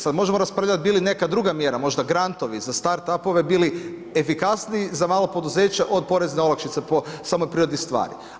Sad možemo raspravljati bi li neka druga mjera, možda grantovi za start upove bili efikasniji za malo poduzeća od porezne olakšice po samoj prirodi stvari.